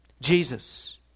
Jesus